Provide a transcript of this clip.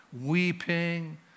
weeping